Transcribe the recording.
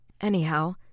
Anyhow